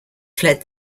fled